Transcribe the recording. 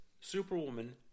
Superwoman